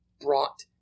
brought